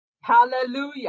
Hallelujah